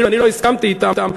אני לא הסכמתי אתם,